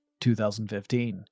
2015